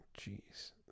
Jeez